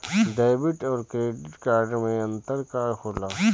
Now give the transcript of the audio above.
Debit और credit card मे अंतर का होला?